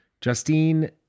Justine